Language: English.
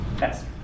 Yes